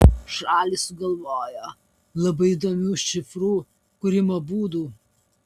šalys sugalvojo labai įdomių šifrų kūrimo būdų